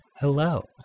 Hello